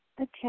Okay